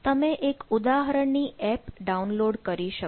તમે એક ઉદાહરણ ની એપ ડાઉનલોડ કરી શકો